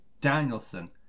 Danielson